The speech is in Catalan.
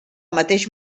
mateix